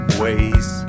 ways